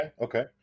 okay